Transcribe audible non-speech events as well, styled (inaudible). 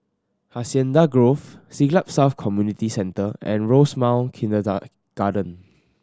Hacienda Grove Siglap South Community Centre and Rosemount (unintelligible) garden